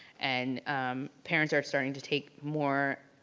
and parents are starting to take more.